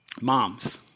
Moms